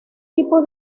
tipo